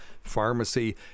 pharmacy